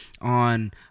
on